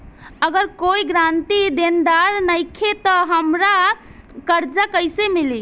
अगर कोई गारंटी देनदार नईखे त हमरा कर्जा कैसे मिली?